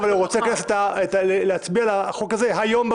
אבל הוא רוצה היום להצביע על החוק הזה במליאה.